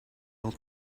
old